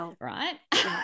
right